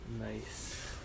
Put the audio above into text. Nice